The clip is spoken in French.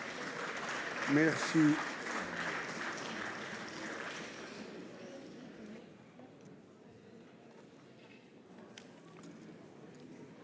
Merci,